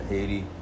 Haiti